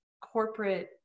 corporate